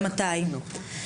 אין איזושהי הגדרה למתי.